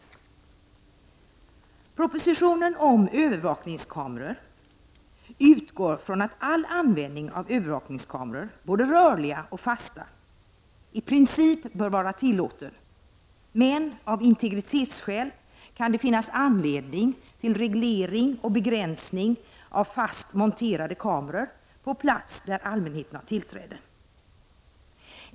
I propositionen om övervakningskameror utgår man från att all användning av övervakningskameror, både rörliga och fasta, i princip bör vara tillåten, men av integritetsskäl kan det finnas anledning till reglering och begränsning av fast monterade kameror på plats där allmänheten har tillträde.